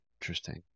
Interesting